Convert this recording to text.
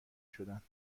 شدند